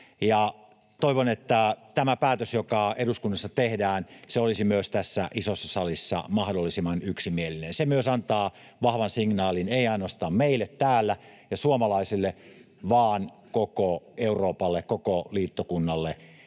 Toivon, että tämä päätös, joka eduskunnassa tehdään, olisi myös tässä isossa salissa mahdollisimman yksimielinen. Se myös antaa vahvan signaalin ei ainoastaan meille täällä ja suomalaisille vaan koko Euroopalle, koko liittokunnalle.